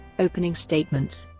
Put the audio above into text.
opening statements